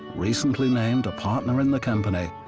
recently named a partner in the company,